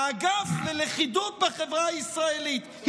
האגף ללכידות בחברה הישראלית.